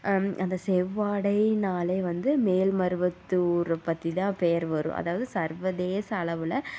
அந்த செவ்வாடைனாலே வந்து மேல்மருவத்தூர் பற்றிதான் பேர் வரும் அதாவது சர்வதேச அளவில்